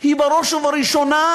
היא בראש ובראשונה,